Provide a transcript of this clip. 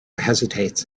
hesitates